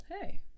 Hey